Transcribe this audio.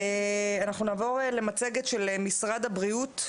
אנחנו נעבור למצגת של משרד הבריאות,